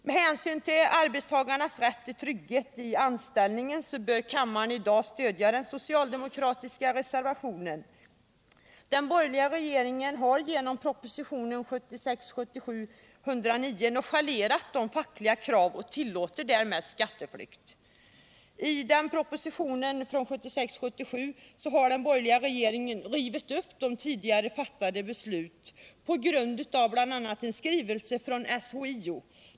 Med hänsyn till arbetstagarnas rätt till trygghet i anställningen bör kammaren därför i dag stödja den socialdemokratiska reservationen. Den borgerliga regeringen har genom propositionen 1976 77:109 har den borgerliga regeringen rivit upp tidigare fattat beslut bl.a. på grund av en skrivelse från SHIO.